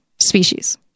species